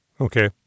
Okay